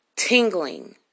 Tingling